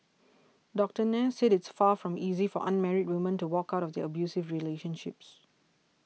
Doctor Nair said it's far from easy for unmarried women to walk out of their abusive relationships